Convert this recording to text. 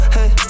Hey